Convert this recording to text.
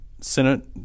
Senate